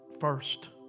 first